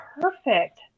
perfect